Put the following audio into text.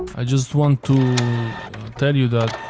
i just want to tell you that